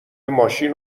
ماشین